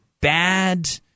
bad